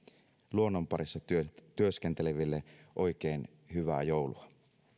luonnon parissa työskenteleville oikein hyvää joulua